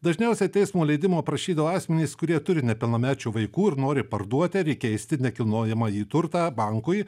dažniausiai teismo leidimo prašydavo asmenys kurie turi nepilnamečių vaikų ir nori parduoti ar įkeisti nekilnojamąjį turtą bankui